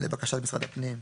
גם